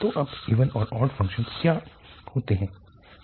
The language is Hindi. तो अब इवन और ऑड फ़ंक्शन्स पर आते हैं